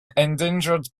endangered